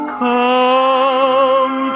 come